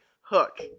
hook